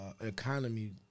economy